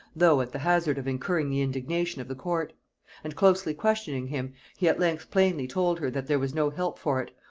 though at the hazard of incurring the indignation of the court and closely questioning him, he at length plainly told her that there was no help for it,